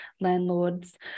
landlords